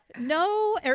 no